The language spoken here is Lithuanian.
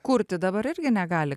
kurti dabar irgi negali